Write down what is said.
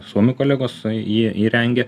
suomių kolegos jį įrengia